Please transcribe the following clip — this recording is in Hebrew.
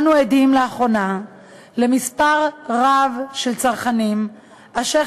אנו עדים לאחרונה למספר רב של צרכנים אשר